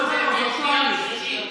פה זה בין שנייה ושלישית.